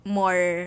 more